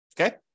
Okay